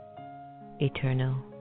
eternal